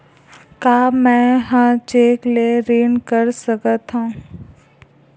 का मैं ह चेक ले ऋण कर सकथव?